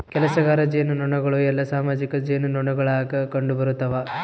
ಕೆಲಸಗಾರ ಜೇನುನೊಣಗಳು ಎಲ್ಲಾ ಸಾಮಾಜಿಕ ಜೇನುನೊಣಗುಳಾಗ ಕಂಡುಬರುತವ